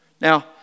Now